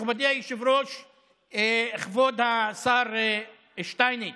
מכובדי היושב-ראש, כבוד השר שטייניץ,